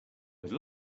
would